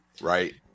Right